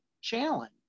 challenge